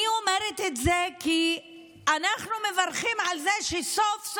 אני אומרת את זה כי אנחנו מברכים על זה שסוף-סוף,